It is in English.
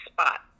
spot